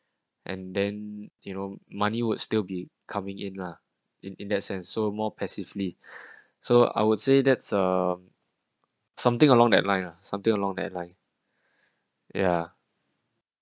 and then you know money would still be coming in lah in in that sense so more passively so I would say that's a something along that line lah something along that line ya